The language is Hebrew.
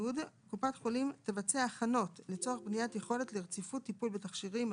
(י) קופת חולים תבצע הכנות לצורך בניית יכולת לרציפות טיפול בתכשירים,